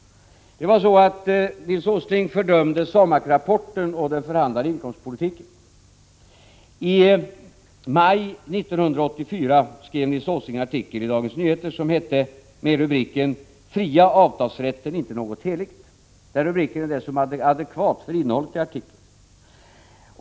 Det var så att Nils Åsling fördömde SAMAK-rapporten och den förhandlade inkomstpolitiken. I maj 1984 skrev Nils Åsling en artikel i Dagens Nyheter med rubriken Fria avtalsrätten inte något heligt. Den rubriken är dessutom adekvat för innehållet i artikeln.